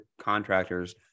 contractors